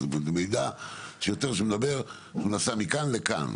זה מידע שמדבר על זה שהוא נסע מכאן לכאן.